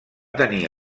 tenir